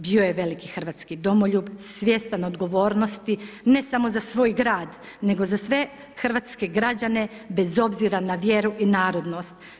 Bio je veliki hrvatski domoljub, svjestan odgovornosti, ne samo za svoj grad, nego za sve Hrvatske građane, bez obzira na vjeru i narodnost.